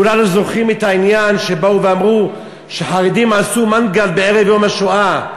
כולנו זוכרים את העניין שבאו ואמרו שחרדים עשו מנגל בערב יום השואה.